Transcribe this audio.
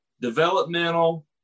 developmental